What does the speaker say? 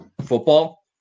football